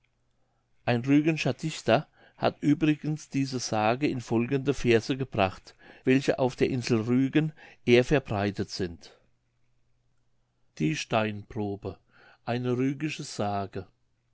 ein rügenscher dichter hat übrigens diese sage in folgende verse gebracht welche auf der insel rügen ehr verbreitet sind die steinprobe eine rügische sage